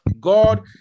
God